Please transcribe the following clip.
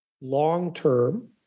long-term